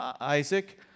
Isaac